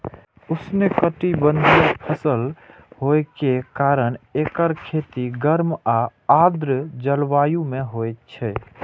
उष्णकटिबंधीय फसल होइ के कारण एकर खेती गर्म आ आर्द्र जलवायु मे होइ छै